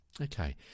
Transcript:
Okay